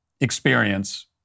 experience